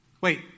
Wait